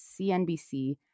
CNBC